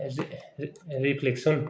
रे रे रेप्लेकसन